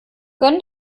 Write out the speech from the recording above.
gönn